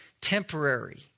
temporary